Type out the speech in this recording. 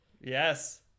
Yes